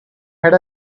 had